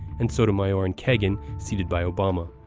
and sotomayor and kagan, seated by obama.